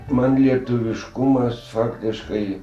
man lietuviškumas faktiškai